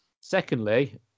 Secondly